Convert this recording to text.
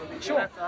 sure